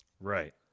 Right